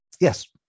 Yes